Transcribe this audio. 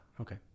okay